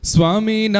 Swami